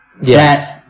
Yes